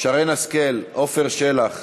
שרן השכל, עפר שלח,